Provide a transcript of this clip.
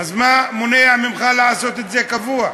אז מה מונע ממך לעשות את זה קבוע?